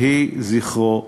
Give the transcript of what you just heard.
יהי זכרו ברוך.